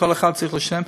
שכל אחד צריך לשלם,